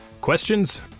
Questions